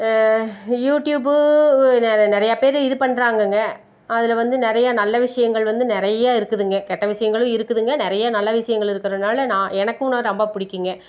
YouTube நிறை நிறையா பேர் இது பண்ணுறாங்கங்க அதில் வந்து நிறையா நல்ல விஷயங்கள் வந்து நிறைய இருக்குதுங்க கெட்ட விஷயங்களும் இருக்குதுங்க நிறைய நல்ல விஷயங்கள் இருக்கிறனால நான் எனக்கும் ரொம்ப பிடிக்குங்க